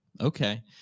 okay